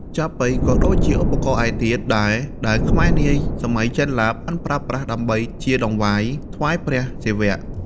ចាប៉ីក៏ដូចជាឧបករណ៍ឯទៀតដែរ ដែលខ្មែរនាសម័យចេនឡាបានប្រើប្រាស់ដើម្បីជាតង្វាយថ្វាយព្រះសិវៈ។